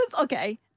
okay